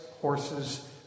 horses